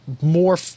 more